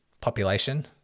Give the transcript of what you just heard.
population